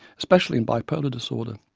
especially in bipolar disorder.